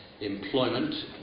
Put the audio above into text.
employment